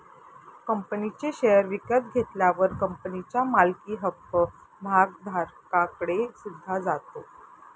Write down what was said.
कंपनीचे शेअर विकत घेतल्यावर कंपनीच्या मालकी हक्क भागधारकाकडे सुद्धा जातो